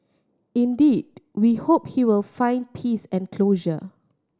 indeed we hope he will find peace and closure